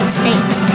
states